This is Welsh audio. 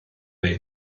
wnei